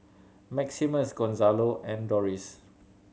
Maximus Gonzalo and Doris